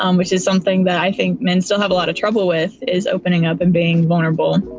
um which is something that i think men still have a lot of trouble with, is opening up and being vulnerable.